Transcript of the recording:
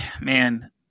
man